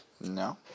no